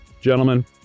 Gentlemen